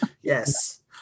Yes